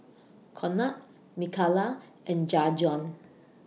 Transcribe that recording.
Conard Micaela and Jajuan